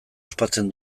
ospatzen